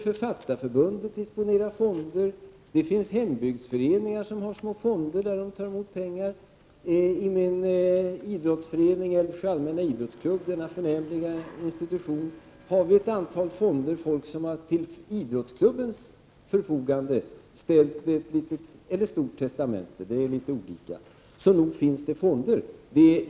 Författarförbundet disponerar fonder, och det finns hembygdsföreningar som har små fonder där man tar emot pengar. I min idrottsförening, Älvsjö allmänna idrottsklubb, denna förnämliga institution, har folk till idrottsklubbensförfogande ställt testamenterade medel. Så nog finns det fonder.